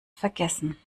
vergessen